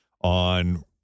on